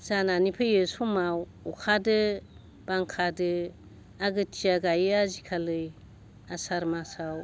जानानै फैयो समाव अखादो बांखादो आगोथिया गाइयो आजिखालै आसार माचाव